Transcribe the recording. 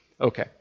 Okay